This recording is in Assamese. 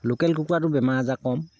লোকেল কুকুৰাটোত বেমাৰ আজাৰ কম